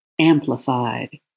amplified